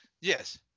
Yes